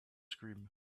scream